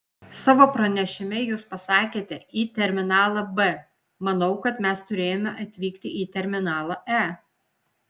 savo pranešime jūs pasakėte į terminalą b manau kad mes turėjome atvykti į terminalą e